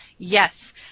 Yes